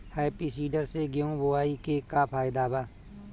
Happy seeder से गेहूं बोआई के का फायदा बा?